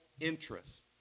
interests